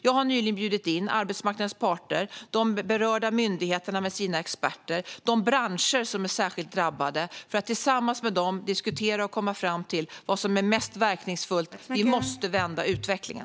Jag har nyligen bjudit in arbetsmarknadens parter och de berörda myndigheterna med deras experter liksom företrädare för de branscher som är särskilt drabbade för att tillsammans med dem diskutera och komma fram till vad som är mest verkningsfullt. Vi måste vända utvecklingen.